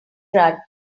rudd